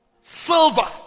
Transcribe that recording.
Silver